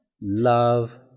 love